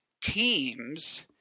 teams